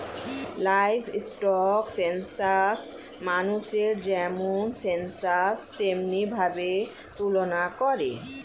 livestock census মানুষের যেমন census তেমনি ভাবে তুলনা করে